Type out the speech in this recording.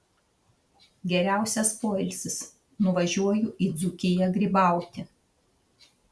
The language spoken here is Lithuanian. geriausias poilsis nuvažiuoju į dzūkiją grybauti